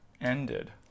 ended